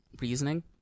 reasoning